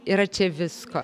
yra čia visko